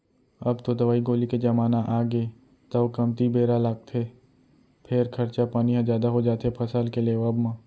अब तो दवई गोली के जमाना आगे तौ कमती बेरा लागथे फेर खरचा पानी ह जादा हो जाथे फसल के लेवब म